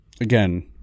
again